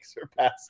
surpass